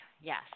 yes